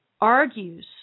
argues